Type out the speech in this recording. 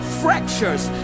fractures